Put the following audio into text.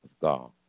God